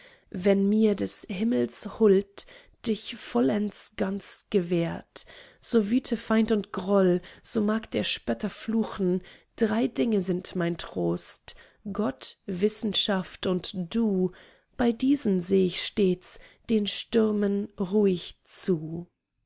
wenn mir des himmels huld dich vollends ganz gewährt so wüte feind und groll so mag der spötter fluchen drei dinge sind mein trost gott wissenschaft und du bei diesen seh ich stets den stürmen ruhig zu